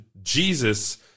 Jesus